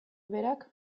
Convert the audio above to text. berak